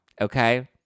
okay